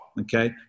okay